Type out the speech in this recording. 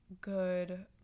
good